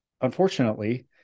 Unfortunately